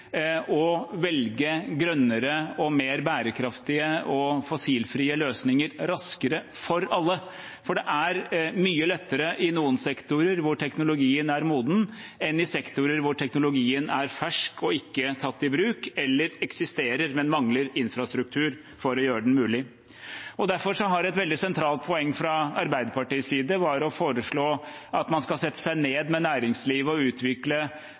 å velge grønnere og mer bærekraftige og fossilfrie løsninger raskere for alle. For det er mye lettere i noen sektorer hvor teknologien er moden, enn i sektorer hvor teknologien er fersk og ikke tatt i bruk, eller eksisterer, men mangler infrastruktur for å gjøre den mulig. Derfor var det et veldig sentralt poeng fra Arbeiderpartiets side å foreslå at man skal sette seg ned med næringslivet og utvikle